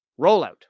rollout